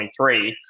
2023